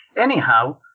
Anyhow